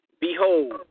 Behold